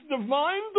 divine